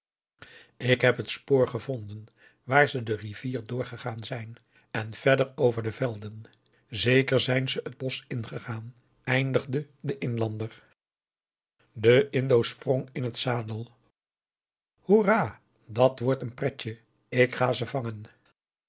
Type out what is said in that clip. ik heb hct spoor gevonden waar ze de rivier doorgegaan zijn en verder over de velden zeker augusta de wit orpheus in de dessa zijn ze het bosch ingegaan eindigde de inlander de indo sprong in het zadel hoerah dat wordt een pretje ik ga ze vangen